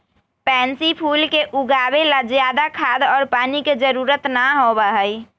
pansy फूल के उगावे ला ज्यादा खाद और पानी के जरूरत ना होबा हई